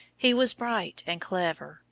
he was bright and clever,